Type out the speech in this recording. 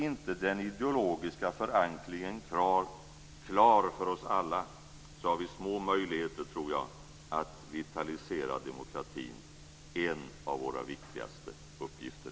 Är den ideologiska förankringen inte klar för oss alla tror jag att vi har små möjligheter att vitalisera demokratin - en av våra viktigaste uppgifter.